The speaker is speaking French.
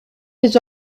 des